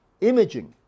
imaging